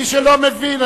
מי שלא מבין,